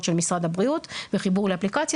של משרד הבריאות וחיבור לאפליקציה.